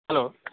hello